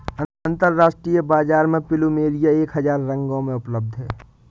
अंतरराष्ट्रीय बाजार में प्लुमेरिया एक हजार रंगों में उपलब्ध हैं